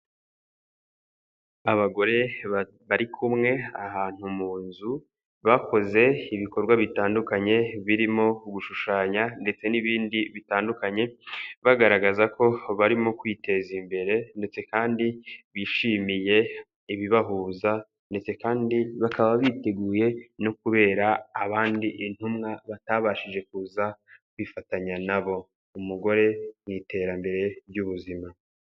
Abagore bari kumwe ahantu mu nzu bakoze ibikorwa bitandukanye birimo gushushanya ndetse n'ibindi bitandukanye, bagaragaza ko barimo kwiteza imbere ndetse kandi bishimiye ibibahuza, ndetse kandi bakaba biteguye no kubera abandi intumwa batabashije kuza kwifatanya na bo. Umugore mu iterambere ry'ubuzima.